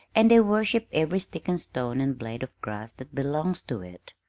and they worship every stick and stone and blade of grass that belongs to it.